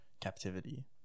captivity